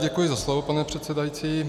Děkuji za slovo, pane předsedající.